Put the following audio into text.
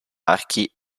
archi